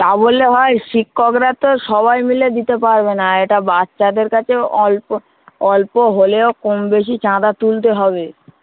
তা বললে হয় শিক্ষকরা তো সবাই মিলে দিতে পারবে না এটা বাচ্চাদের কাছে অল্প অল্প হলেও কম বেশি চাঁদা তুলতে হবে